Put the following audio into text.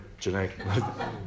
Janae